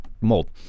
Mold